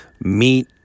meet